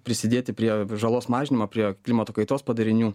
prisidėti prie žalos mažinimo prie klimato kaitos padarinių